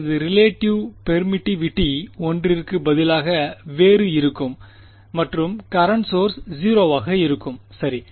எனது relative permittivity ஒன்றிற்கு பதிலாக வேறு இருக்கும் மற்றும் கரண்ட் சோர்ஸ் 0 வாக இருக்கும் சரி